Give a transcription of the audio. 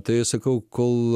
tai sakau kol